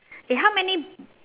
eh how many